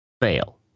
fail